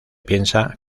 piensa